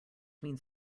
means